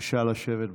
בבקשה לשבת במקומות.